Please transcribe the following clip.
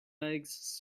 eggs